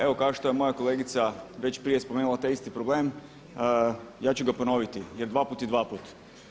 Evo kao što je moja kolegica već prije spomenula taj isti problem ja ću ga ponoviti jer dva put je dvaput.